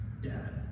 dad